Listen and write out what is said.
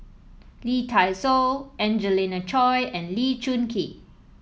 Lee Dai Soh Angelina Choy and Lee Choon Kee